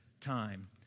time